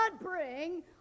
bring